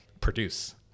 produce